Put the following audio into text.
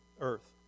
earth